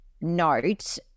note